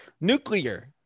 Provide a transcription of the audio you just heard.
Nuclear